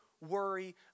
worry